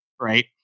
right